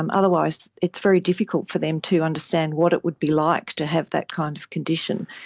um otherwise it's very difficult for them to understand what it would be like to have that kind of condition.